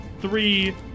three